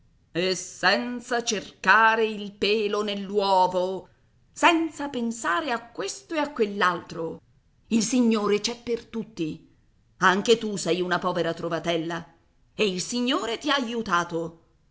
e senza cercare il pelo nell'uovo senza pensare a questo e a quell'altro il signore c'è per tutti anche tu sei una povera trovatella e il signore ti ha aiutato